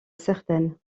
certaine